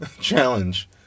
challenge